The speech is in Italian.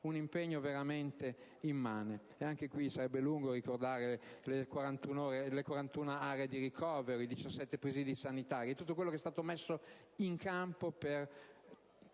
Un impegno veramente immane. Anche qui, sarebbe lungo ricordare le 41 aree di ricovero, i 17 presidi sanitari, tutto quello che è stato messo in campo per